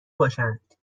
باشند